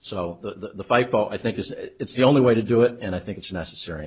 so the five ball i think it's the only way to do it and i think it's necessary